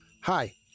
Hi